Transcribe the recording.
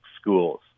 schools